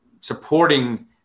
supporting